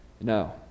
No